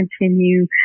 continue